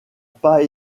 pas